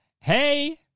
Hey